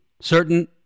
certain